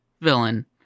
villain